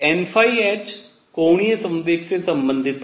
nh कोणीय संवेग से संबंधित है